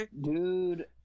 dude